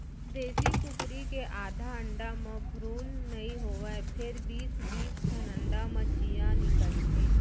देसी कुकरी के आधा अंडा म भ्रून नइ होवय फेर बीस बीस ठन अंडा म चियॉं निकलथे